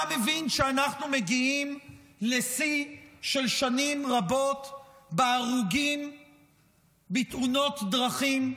אתה מבין שאנחנו מגיעים לשיא של שנים רבות בהרוגים בתאונות דרכים,